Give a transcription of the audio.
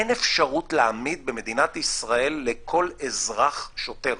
אין אפשרות להעמיד במדינת ישראל לכל אזרח שוטר